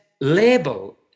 label